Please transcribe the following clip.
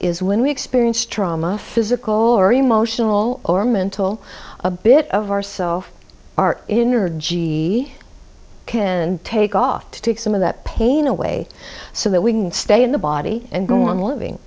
is when we experience trauma physical or emotional or mental a bit of ourself our inner g can take off to take some of that pain away so that we can stay in the body and go on living